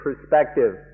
perspective